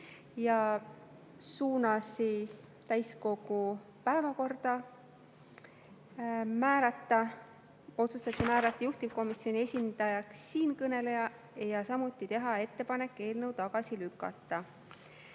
ja suunas selle täiskogu päevakorda. Otsustati määrata juhtivkomisjoni esindajaks siinkõneleja, samuti tehti ettepanek eelnõu tagasi lükata.